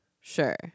Sure